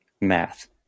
math